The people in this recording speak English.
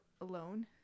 alone